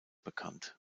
bekannt